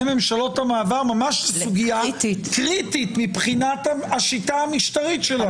ממשלות המעבר ממש לסוגיה קריטית מבחינת השיטה המשטרית שלנו.